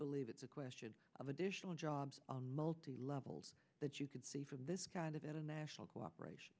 believe it's a question of additional jobs multi leveled that you could see from this kind of international cooperation